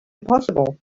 impossible